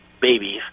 babies